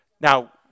Now